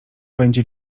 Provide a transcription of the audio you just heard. będzie